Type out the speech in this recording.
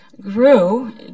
grew